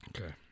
Okay